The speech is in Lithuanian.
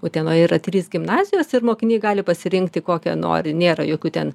utenoje yra trys gimnazijos ir mokiniai gali pasirinkti kokią nori nėra jokių ten